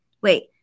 wait